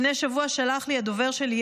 לפני שבוע שלח לי הדובר שלי,